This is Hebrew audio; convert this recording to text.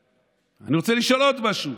אני רוצה לשאול עוד משהו.